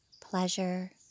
pleasure